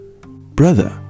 Brother